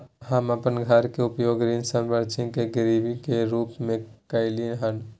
हम अपन घर के उपयोग ऋण संपार्श्विक या गिरवी के रूप में कलियै हन